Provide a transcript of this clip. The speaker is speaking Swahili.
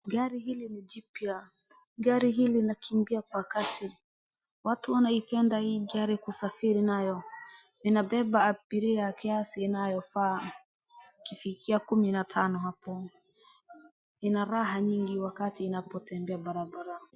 Gari hili ni jipya. Gari hili linakimbia kwa kasi. Watu wanapenda hii gari kusafiri nayo. Inabeba abiria kiasi inayofaa, kufikia kumi na tano hapo. Ina raha nyingi wakati inapotembea barabarani.